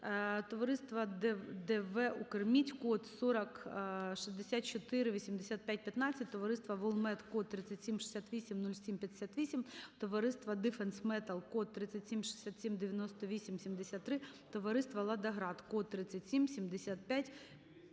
товариство ДВ "Укр-мідь" код 40648515; товариство "Волмет" код 37680758; товариство "Дифенс-метал" код 37679873; товариство "Ладоград" код 37759707.